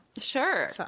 Sure